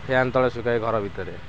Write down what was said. fan ତଳେ ଶୁଖାଏ ଘର ଭିତରେ